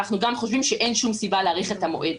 אנחנו גם חושבים שאין שום סיבה להאריך את המועד.